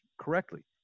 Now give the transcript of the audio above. correctly